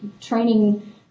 training